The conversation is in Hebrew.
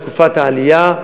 בתקופת העלייה,